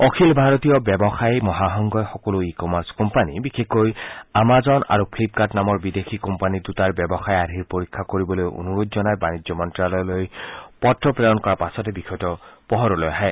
অখিল ভাৰতীয় ব্যৱসায়ী মহাসংঘই সকলো ই কমাৰ্চ কোম্পানী বিশেষকৈ আমাজন আৰু ফ্লিপকাৰ্ট নামৰ বিদেশী কোম্পানী দুটাৰ ব্যৱসায় আৰ্হিৰ পৰীক্ষা কৰিবলৈ অনুৰোধ জনাই বাণিজ্য মন্ত্যালয়লৈ পত্ৰ প্ৰেৰণ কৰাৰ পাছতে বিষয়তো পোহৰলৈ আহে